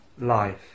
life